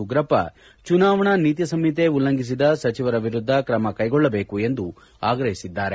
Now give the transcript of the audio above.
ಉಗ್ರಪ್ಪ ಚುನಾವಣಾ ನೀತಿ ಸಂಹಿತೆ ಉಲ್ಲಂಘಿಸಿದ ಸಚಿವರ ವಿರುದ್ದ ಕ್ರಮಕೈಗೊಳ್ಳಬೇಕು ಎಂದು ಆಗ್ರಹಿಸಿದ್ದಾರೆ